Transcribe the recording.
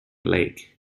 lake